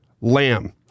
Lamb